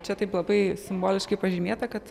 čia taip labai simboliškai pažymėta kad